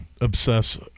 obsess